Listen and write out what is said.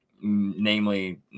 Namely